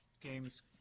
games